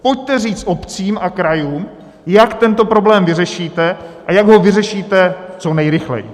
Pojďte říct obcím a krajům, jak tento problém vyřešíte, a jak ho vyřešíte co nejrychleji.